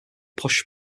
push